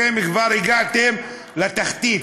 אתם כבר הגעתם לתחתית.